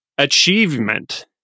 achievement